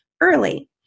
early